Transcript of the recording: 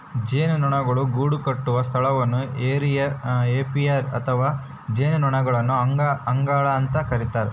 ಜೇನುನೊಣಗಳು ಗೂಡುಕಟ್ಟುವ ಸ್ಥಳವನ್ನು ಏಪಿಯರಿ ಅಥವಾ ಜೇನುನೊಣಗಳ ಅಂಗಳ ಅಂತ ಕರಿತಾರ